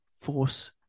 force